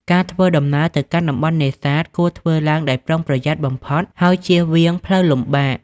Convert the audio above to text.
ការធ្វើដំណើរ ទៅកាន់តំបន់នេសាទគួរធ្វើឡើងដោយប្រុងប្រយ័ត្នបំផុត ហើយជៀសវាងផ្លូវលំបាក។